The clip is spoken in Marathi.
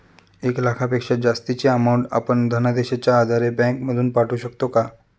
एक लाखापेक्षा जास्तची अमाउंट आपण धनादेशच्या आधारे बँक मधून पाठवू शकतो का?